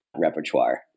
repertoire